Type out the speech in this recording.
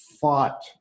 fought